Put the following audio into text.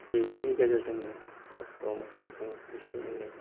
बेबादिनि गेजेरजोंनो खस्थ' मस्थ' जोङो एसे एनै